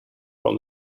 from